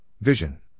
Vision